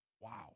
Wow